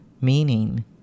meaning